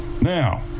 Now